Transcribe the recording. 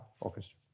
orchestra